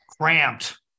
cramped